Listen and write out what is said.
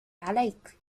عليك